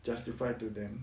justify to them